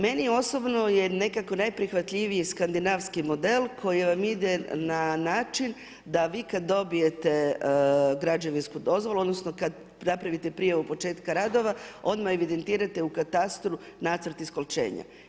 Meni osobno je nekako najprihvatljiviji skandinavski model koji vam ide na način da vi kad dobijete građevinsku dozvolu, odnosno kad napravite prijavu početka radova odmah evidentirate u katastru nacrt iskolčenja.